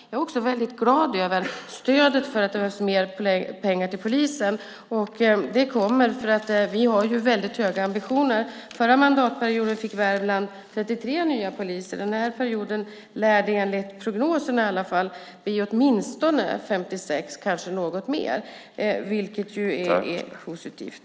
Jag är också glad över stödet för att det behövs mer pengar till polisen. Det kommer. Vi har höga ambitioner. Förra mandatperioden fick Värmland 33 nya poliser. Denna period lär det enligt prognoserna bli åtminstone 56, kanske något fler, vilket är positivt.